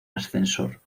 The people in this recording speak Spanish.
ascensor